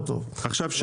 עכשיו,